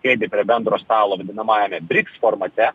sėdi prie bendro stalo vadinamajame briks formate